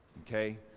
Okay